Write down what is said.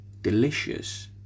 Delicious